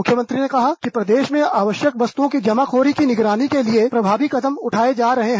मुख्यमंत्री ने कहा कि प्रदेश में आवश्यक वस्तुओं की जमाखोरी की निगरानी के लिए प्रभावी कदम उठाए जा रहे हैं